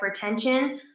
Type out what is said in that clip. hypertension